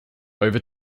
over